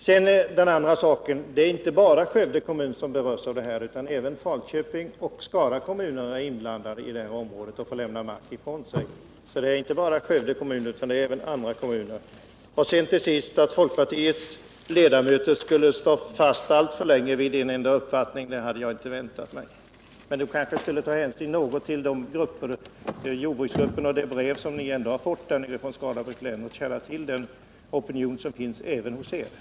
2. Det är inte bara Skövde kommun som berörs av denna fråga, utan även Falköpings och Skara kommuner är inblandade och får lämna mark ifrån sig. 3. Att folkpartiets ledamöter skulle stå fast alltför länge vid en enda uppfattning hade jag inte väntat mig. Ni kanske skulle ha tagit någon hänsyn till jordbruksgrupperna och till det brev som ni ändå har fått från Skaraborgs län och som gör att ni känner till den opinion som finns även i edra led.